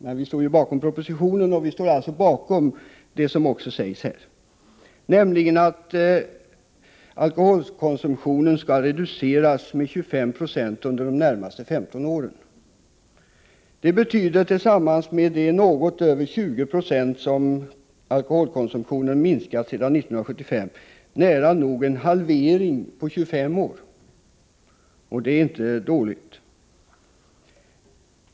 Men vi står ju bakom propositionen, och alltså bakom det som sägs i detta sammanhang, nämligen att alkoholkonsumtionen skall reduceras med 25 96 under de närmaste 15 åren. Detta betyder, tillsammans med den minskning av alkoholkonsumtionen med något över 20 90 som skett sedan 1975, nära nog en halvering på 25 år, och det är inte dåligt.